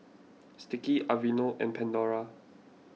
Sticky Aveeno and Pandora